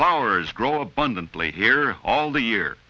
flowers grow abundantly here all the year